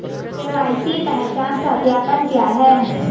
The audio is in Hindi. के.वाई.सी पहचान सत्यापन क्या है?